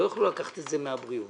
לא יוכלו לקחת את זה מהבריאות.